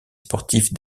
sportifs